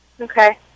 Okay